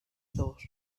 thought